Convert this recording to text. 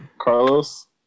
Carlos